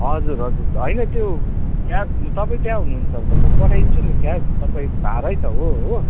हजुर हजुर होइन त्यो क्याब तपाईँ त्यहाँ हुनुहुन्छ भने त म पठाइदिन्छु नि क्याब तपाईँ भाडै त हो हो